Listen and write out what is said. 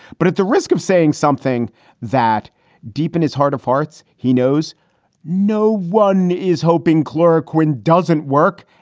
but at the risk of saying something that deep in his heart of hearts, he knows no one is hoping chloroquine doesn't work.